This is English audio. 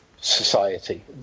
society